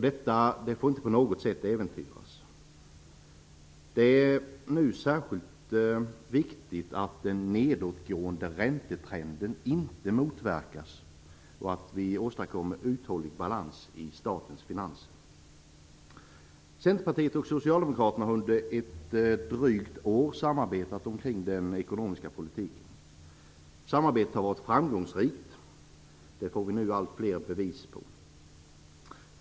Det får inte på något sätt äventyras. Det är nu särskilt viktigt att den nedåtgående räntetrenden inte motverkas och att vi åstadkommer uthållig balans i statens finanser. Centerpartiet och Socialdemokraterna har under ett drygt år samarbetat omkring den ekonomiska politiken. Samarbetet har varit framgångsrikt, det får vi allt fler bevis på.